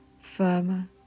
firmer